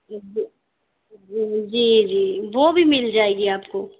جی جی وہ بھی مل جائے گی آپ کو